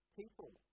people